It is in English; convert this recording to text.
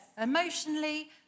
emotionally